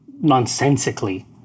nonsensically